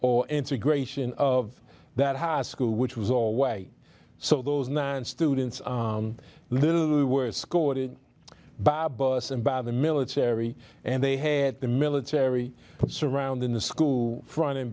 or integration of that high school which was or way so those nine students a little we were scored by a bus and by the military and they had the military surrounding the school front and